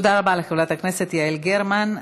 תודה רבה לחברת הכנסת יעל גרמן.